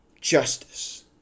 justice